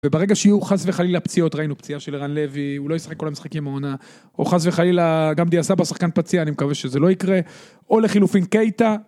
וברגע שיהיו חס וחלילה פציעות, ראינו פציעה של ערן לוי, הוא לא ישחק כל המשחקים בעונה. או חס וחלילה, גם דיא סבע שחקן פציעה, אני מקווה שזה לא יקרה. או לחילופין קייטה.